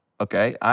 okay